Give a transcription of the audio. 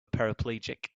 paraplegic